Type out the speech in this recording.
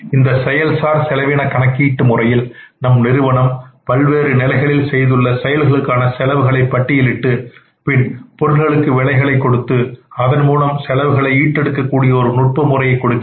இந்த செயல் சார் செலவின கணக்கு முறையில் நம் நிறுவனம் பல்வேறு நிலைகளில் செய்துள்ள செயல்களுக்கான செலவுகளை பட்டியலிட்டு பின் பொருள்களுக்கு விலைகளை கொடுத்து அதன் மூலம்செலவுகளை ஈட்டுஎடுக்கக் கூடிய ஒரு நுட்ப முறையை கொடுக்கின்றது